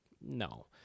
no